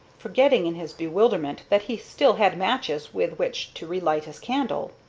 forgetting in his bewilderment that he still had matches with which to relight his candle.